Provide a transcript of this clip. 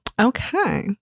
Okay